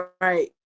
right